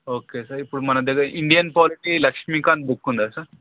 okay sir ఇప్పుడు మన దగ్గర ఇండియన్ పాలిటీ లక్ష్మీకాంత్ బుక్కుందా సార్